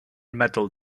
metal